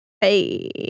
Hey